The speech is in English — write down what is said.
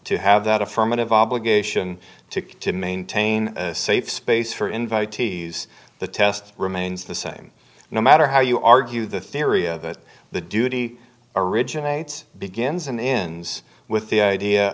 to have that affirmative obligation to to maintain a safe space for invitees the test remains the same no matter how you argue the theory a that the duty originates begins and ends with the idea